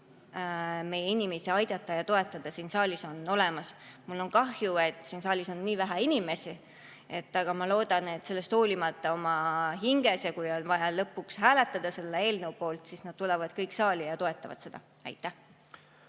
meie inimesi aidata ja toetada on siin saalis olemas. Mul on kahju, et siin saalis on nii vähe inimesi, aga ma loodan, et sellest hoolimata oma hinges [nad toetavad seda eelnõu] ja kui on vaja lõpuks hääletada selle eelnõu poolt, siis nad tulevad kõik saali ja toetavad seda. Marko